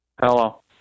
Hello